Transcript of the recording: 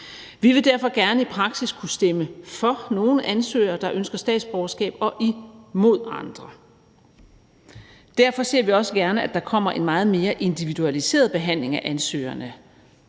Vi vil derfor gerne i praksis kunne stemme for nogle ansøgere, der ønsker statsborgerskab, og imod andre. Derfor ser vi også gerne, at der kommer en meget mere individualiseret behandling af ansøgerne